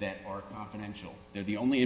that are financial the only